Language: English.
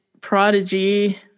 prodigy